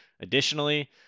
Additionally